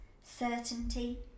certainty